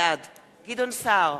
בעד גדעון סער,